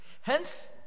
Hence